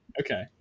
Okay